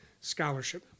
scholarship